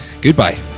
goodbye